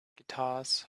guitars